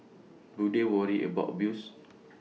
do they worry about abuse